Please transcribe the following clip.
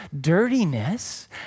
dirtiness